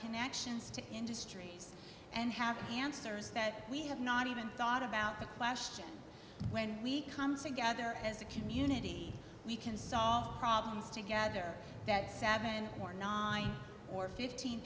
connections to industry and have answers that we have not even thought about but when we come together as a community we can solve problems together that seven or not or fifteen